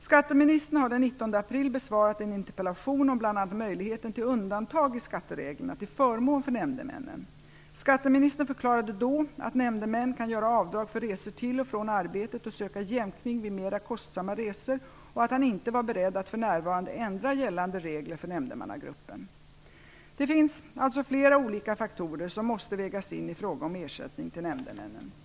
Skatteministern har den 19 april besvarat en interpellation om bl.a. möjligheten till undantag i skattereglerna till förmån för nämndemännen. Skatteministern förklarade då att nämndemän kan göra avdrag för resor till och från arbetet och söka jämkning vid mera kostsamma resor och att han inte var beredd att för närvarande ändra gällande regler för nämndemannagruppen. Det finns alltså flera olika faktorer som måste vägas in i frågan om ersättning till nämndemännen.